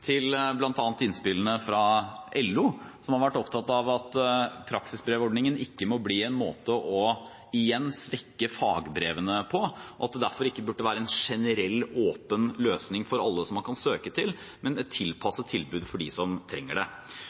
til bl.a. innspillene fra LO, som har vært opptatt av at praksisbrevordningen ikke må bli en måte igjen å svekke fagbrevene på, at det derfor ikke burde være en generell åpen løsning som alle kan søke til, men et tilpasset tilbud for dem som trenger det.